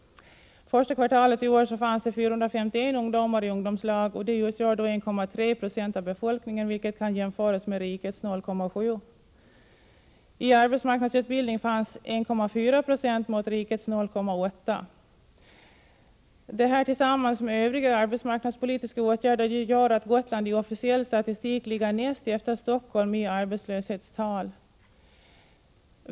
Första kvartalet i år fanns 451 ungdomar i ungdomslag, vilket utgör 1,3 Jo av befolkningen — att jämföras med rikets 0,7 20. I arbetsmarknadsutbildning fanns 1,4 20 mot 0,8 I i riket i dess helhet. Detta tillsammans med övriga arbetsmarknadspolitiska åtgärder gör att Gotland i officiell statistik ligger näst efter Stockholm i arbetslöshetstal.